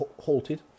halted